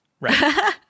Right